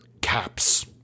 caps